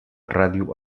ràdio